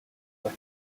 were